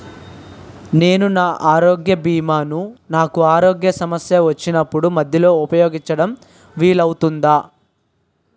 నేను నా ఆరోగ్య భీమా ను నాకు ఆరోగ్య సమస్య వచ్చినప్పుడు మధ్యలో ఉపయోగించడం వీలు అవుతుందా?